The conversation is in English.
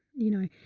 you know,